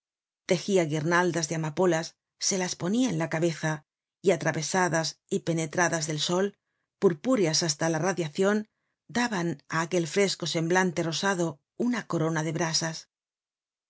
tejia guirnaldas de amapolas se las ponia en la cabeza y atravesadas y penetradas del sol purpúreas hasta la radiacion daban á aquel fresco semblante rosado una corona de brasas aun